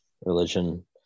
religion